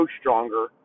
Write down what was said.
stronger